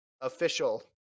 official